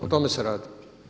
O tome se radi.